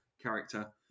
character